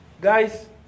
guys